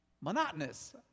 monotonous